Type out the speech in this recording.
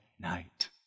night